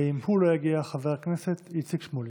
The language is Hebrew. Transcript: ואם הוא לא יגיע, חבר הכנסת איציק שמולי.